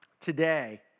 today